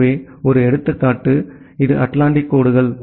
எனவே ஒரு எடுத்துக்காட்டு இது அட்லாண்டிக் கோடுகள்